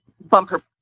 bumper